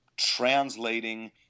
translating